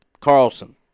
Carlson